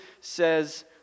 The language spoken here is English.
says